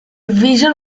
vision